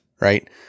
Right